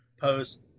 post